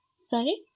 Sorry